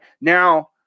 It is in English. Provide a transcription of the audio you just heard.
now